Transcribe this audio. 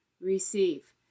receive